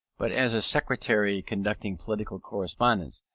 but as a secretary conducting political correspondence,